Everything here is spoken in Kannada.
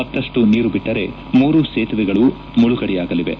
ಮತ್ತಪ್ಪು ನೀರು ಬಿಟ್ಟರೆ ಮೂರು ಸೇತುವೆಗಳು ಮುಳುಗಡೆಯಾಗಲಿವೆ